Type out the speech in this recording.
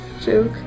joke